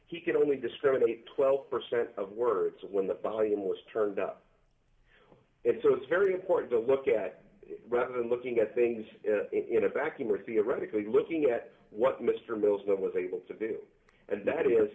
he can only disseminate twelve percent of words when the volume was turned up it's very important to look at rather than looking at things in a vacuum or theoretically looking at what mr mills that was able to do and that is